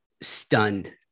stunned